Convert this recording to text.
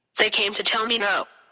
they came to tell me no.